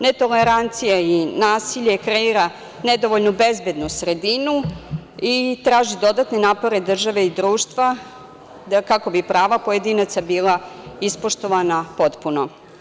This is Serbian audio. Netolerancija i nasilje kreira nedovoljno bezbednu sredinu i traži dodatne napore države i društva kako bi prava pojedinaca bila ispoštovana potpuno.